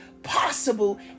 Possible